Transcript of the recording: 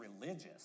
religious